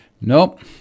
nope